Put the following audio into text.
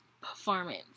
performance